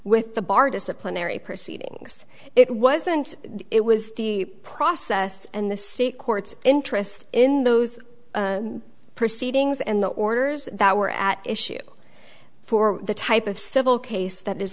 with the bar disciplinary proceedings it wasn't it was the process and the sea court's interest in those proceedings and the orders that were at issue for the type of civil case that is